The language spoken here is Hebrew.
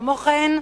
כמו כן,